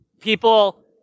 people